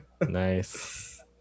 Nice